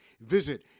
Visit